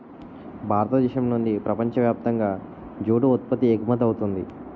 భారతదేశం నుండి ప్రపంచ వ్యాప్తంగా జూటు ఉత్పత్తి ఎగుమవుతుంది